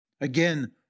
Again